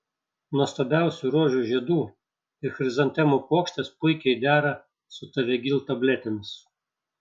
nuostabiausių rožių žiedų ir chrizantemų puokštės puikiai dera su tavegyl tabletėmis